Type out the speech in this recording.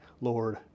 Lord